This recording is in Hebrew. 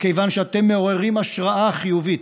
כיוון שאתם מעוררים השראה חיובית,